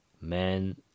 men